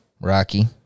Rocky